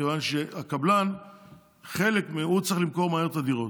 מכיוון שהקבלן צריך למכור מהר את הדירות,